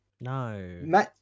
No